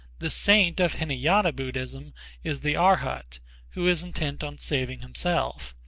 the saint of hinayana buddhism is the arhat who is intent on saving himself.